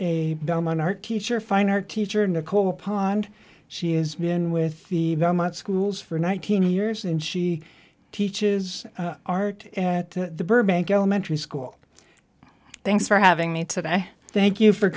bellman art teacher fine art teacher nicole pond she has been with the schools for nineteen years and she teaches art at the burbank elementary school thanks for having me today thank you for